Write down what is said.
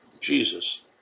jesus